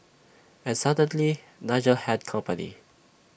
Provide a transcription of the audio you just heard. and suddenly Nigel had company